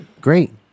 great